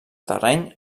terreny